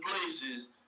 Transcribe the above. places